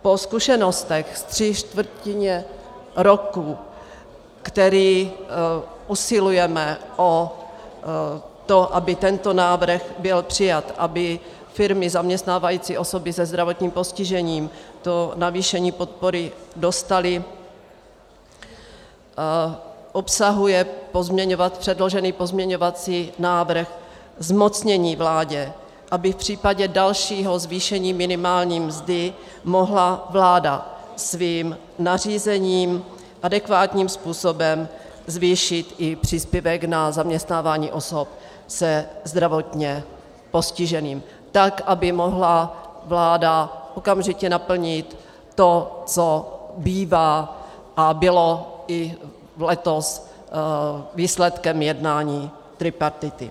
Po zkušenostech ze tří čtvrtin roku, po který usilujeme o to, aby tento návrh byl přijat, aby firmy zaměstnávající osoby se zdravotním postižením to navýšení podpory dostaly, obsahuje předložený pozměňovací návrh zmocnění vládě, aby v případě dalšího zvýšení minimální mzdy mohla vláda svým nařízením adekvátním způsobem zvýšit i příspěvek na zaměstnávání osob se zdravotním postižením tak, aby mohla vláda okamžitě naplnit to, co bývá a bylo i letos výsledkem jednání tripartity.